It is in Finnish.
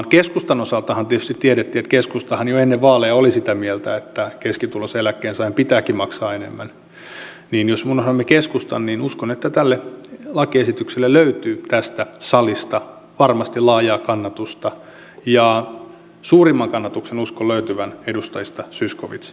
kun keskustan osaltahan tietysti tiedettiin että keskustahan jo ennen vaaleja oli sitä mieltä että keskituloisen eläkkeensaajan pitääkin maksaa enemmän niin jos unohdamme keskustan niin uskon että tälle lakiesitykselle löytyy tästä salista varmasti laajaa kannatusta ja suurimman kannatuksen uskon löytyvän edustajista zyskowicz ja heinonen